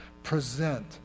Present